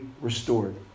restored